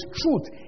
truth